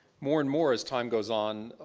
more and more, as time goes on,